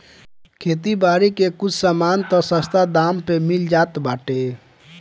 खेती बारी के कुछ सामान तअ सस्ता दाम पे मिल जात बाटे